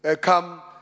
Come